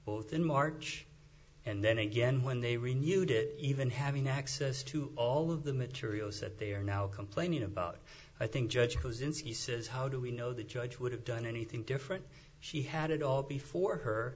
both in march and then again when they renewed it even having access to all of the materials that they are now complaining about i think judge who's in c says how do we know the judge would have done anything different she had it all before her